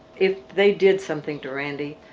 if they did something to randy,